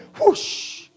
whoosh